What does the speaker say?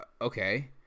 Okay